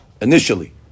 initially